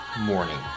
morning